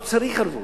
לא צריך ערבות,